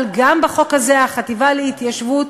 אבל גם בחוק הזה החטיבה להתיישבות